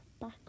back